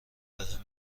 بهم